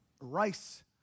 rice